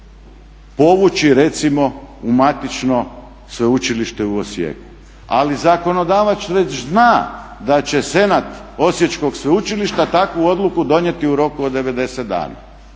povući recimo u matično Sveučilište u Osijeku." Ali zakonodavac već zna da će Senat Osječkog sveučilišta takvu odluku donijeti u roku od 90 dana.